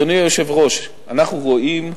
אדוני היושב-ראש, אנחנו רואים,